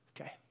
Okay